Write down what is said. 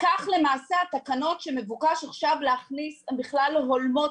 וכך למעשה התקנות שמבוקש עכשיו להכניס הן בכלל לא הולמות